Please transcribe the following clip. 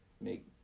make